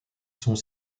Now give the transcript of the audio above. sont